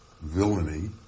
villainy